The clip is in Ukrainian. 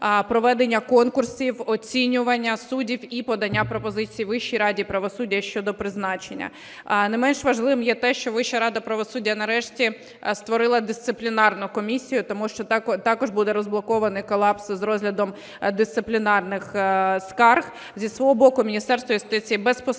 проведення конкурсів, оцінювання суддів і подання пропозицій Вищій раді правосуддя щодо призначення. Не менш важливим є те, що Вища рада правосуддя нарешті створила Дисциплінарну комісію, тому що також буде розблокований колапс з розглядом дисциплінарних скарг. Зі свого боку Міністерство юстиції безпосередньо